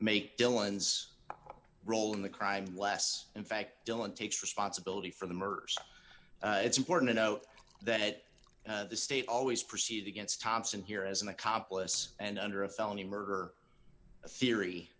make dylan's role in the crime less in fact dylan takes responsibility for the murders it's important to note that the state always proceed against thompson here as an accomplice and under a felony murder theory